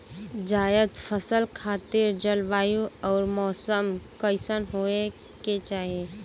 जायद फसल खातिर जलवायु अउर मौसम कइसन होवे के चाही?